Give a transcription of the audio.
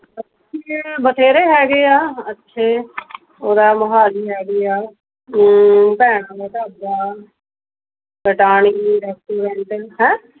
ਅੱਛੇ ਬਥੇਰੇ ਹੈਗੇ ਆ ਅੱਛੇ ਉਰੇ ਮੋਹਾਲੀ ਹੈਗੇ ਆ ਭੈਣਾਂ ਦਾ ਢਾਬਾ ਕਟਾਣੀ ਰੈਸਟੋਡੈਂਟ ਹੈਂ